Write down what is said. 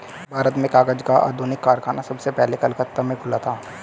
भारत में कागज का आधुनिक कारखाना सबसे पहले कलकत्ता में खुला था